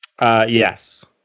yes